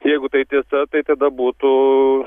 jeigu tai tiesa tai tada būtų